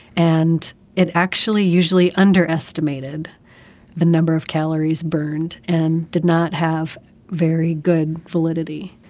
and it actually usually underestimated the number of calories burned and did not have very good validity.